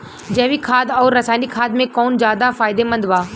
जैविक खाद आउर रसायनिक खाद मे कौन ज्यादा फायदेमंद बा?